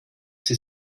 sie